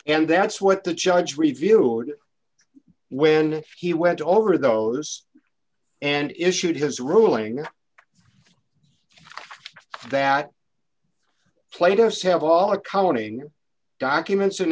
and that's what the judge review when he went over those and issued his ruling that played us have all accounting documents and